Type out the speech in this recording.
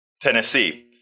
Tennessee